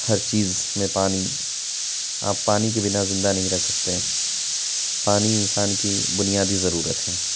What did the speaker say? ہر چیز میں پانی آپ پانی کے بنا زندہ نہیں رہ سکتے پانی انسان کی بنیادی ضرورت ہے